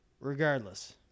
regardless